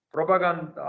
Propaganda